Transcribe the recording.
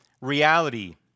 reality